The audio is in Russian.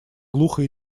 глухо